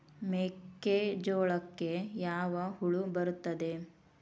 ಮೆಕ್ಕೆಜೋಳಕ್ಕೆ ಯಾವ ಹುಳ ಬರುತ್ತದೆ?